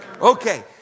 Okay